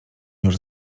już